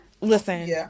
listen